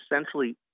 essentially